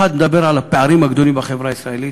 אחד מדבר על הפערים הגדולים בחברה הישראלית.